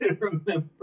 remember